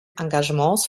engagements